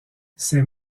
ces